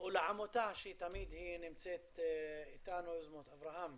או לעמותה שתמיד היא נמצאת איתנו, יוזמות אברהם.